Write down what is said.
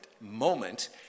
moment